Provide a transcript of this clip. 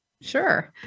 Sure